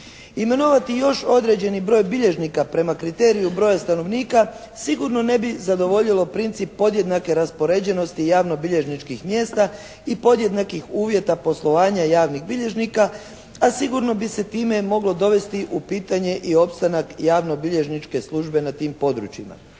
Imenovati još određeni broj bilježnika prema kriteriju broja stanovnika sigurno ne bi zadovoljilo princip podjednake raspoređenosti javnobilježničkih mjesta i podjednakih uvjeta poslovanja javnih bilježnika a sigurno bi se time moglo dovesti u pitanje i opstanak javnobilježničke službe na tim područjima.